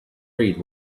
read